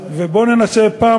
הוא ימשיך לספק לנו